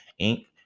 inc